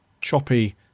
choppy